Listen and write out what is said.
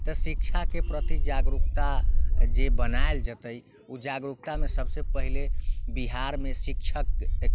तऽ शिक्षाके प्रति जागरूकता जे बनाएल जेतै ओ जागरूकतामे सबसँ पहिले बिहारमे शिक्षक